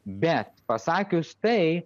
bet pasakius tai